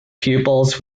pupils